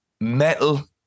metal